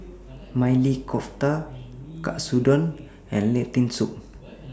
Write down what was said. Maili Kofta Katsudon and Lentil Soup